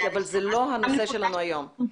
אבל זה לא הנושא שלנו היום.